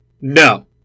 No